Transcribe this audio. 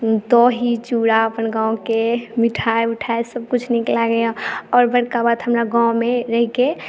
दही चूड़ा अपन गाँमके मिठाइ विठाइ सभकिछु नीक लागैए आओर बड़का बात हमरा गाँममे रहिके